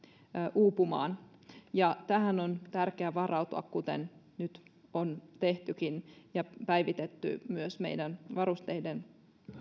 uupumaan ja tähän on tärkeä varautua kuten nyt on tehtykin ja päivitetty myös meidän varusteiden